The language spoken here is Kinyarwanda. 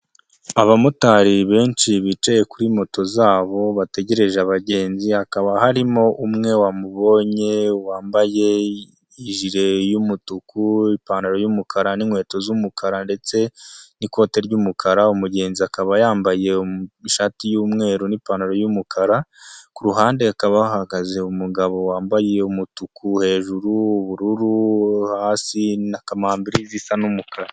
Abamotari benshi bicaye kuri moto zabo bategereje abagenzi, hakaba harimo umwe wamubonye wambaye ijire y'umutuku, ipantaro y'umukara n'inkweto z'umukara ndetse n'ikote ry'umukara, umugenzi akaba yambaye ishati y'umweru n'ipantaro y'umukara, ku ruhande hakaba hahagaze umugabo wambaye umutuku hejuru, ubururu hasi na kamambiri zisa n'umukara.